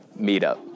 meetup